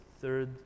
third